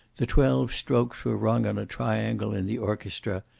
the twelve strokes were rung on a triangle in the orchestra,